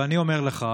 ואני אומר לך,